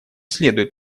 следует